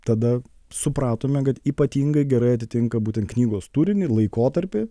tada supratome kad ypatingai gerai atitinka būtent knygos turinį ir laikotarpį